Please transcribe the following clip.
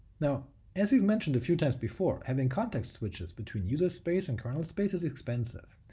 now as we've mentioned a few times before, having context switchedz between user space and kernel space is expensive,